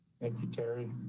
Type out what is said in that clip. thank you, terry.